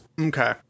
Okay